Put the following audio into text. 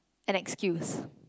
an excuse